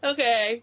Okay